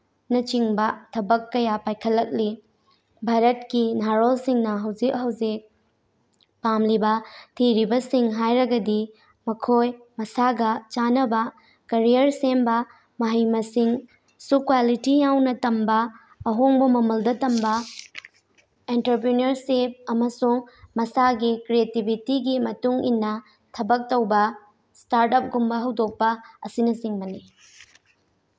ꯅꯆꯤꯡꯕ ꯊꯕꯛ ꯀꯌꯥ ꯄꯥꯏꯈꯠꯂꯛꯂꯤ ꯚꯥꯔꯠꯀꯤ ꯅꯍꯥꯔꯣꯜꯁꯤꯡꯅ ꯍꯧꯖꯤꯛ ꯍꯧꯖꯤꯛ ꯄꯥꯝꯂꯤꯕ ꯊꯤꯔꯤꯕꯁꯤꯡ ꯍꯥꯏꯔꯒꯗꯤ ꯃꯈꯣꯏ ꯃꯁꯥꯒ ꯆꯥꯟꯅꯕ ꯀꯔꯤꯌꯔ ꯁꯦꯝꯕ ꯃꯍꯩ ꯃꯁꯤꯡꯁꯨ ꯀ꯭ꯋꯥꯂꯤꯇꯤ ꯌꯥꯎꯅ ꯇꯝꯕ ꯑꯍꯣꯡꯕ ꯃꯃꯜꯗ ꯇꯝꯕ ꯑꯦꯟꯇꯔꯄ꯭ꯔꯦꯅꯔꯁꯤꯞ ꯑꯃꯁꯨꯡ ꯃꯁꯥꯒꯤ ꯀ꯭ꯔꯦꯇꯤꯕꯤꯇꯤꯒꯤ ꯃꯇꯨꯡꯏꯟꯅ ꯊꯕꯛ ꯇꯧꯕ ꯏꯁꯇꯥꯔꯠ ꯑꯞꯀꯨꯝꯕ ꯍꯧꯗꯣꯛꯄ ꯑꯁꯤꯅꯆꯤꯡꯕꯅꯤ